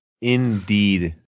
Indeed